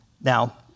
Now